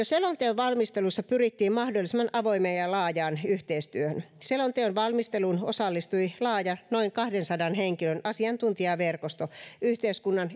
selonteon valmistelussa pyrittiin mahdollisimman avoimeen ja laajaan yhteistyöhön selonteon valmisteluun osallistui laaja noin kahdensadan henkilön asiantuntijaverkosto yhteiskunnan